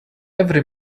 every